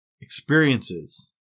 experiences